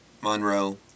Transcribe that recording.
Monroe